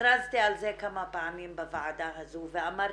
הכרזתי על זה כמה פעמים בוועדה הזו ואמרתי: